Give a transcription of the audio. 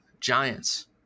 Giants